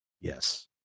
Yes